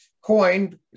coined